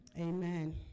amen